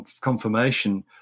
confirmation